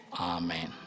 Amen